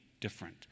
different